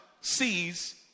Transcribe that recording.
sees